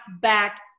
back